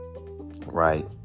right